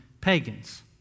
pagans